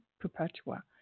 Perpetua